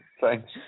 Thanks